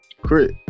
Crit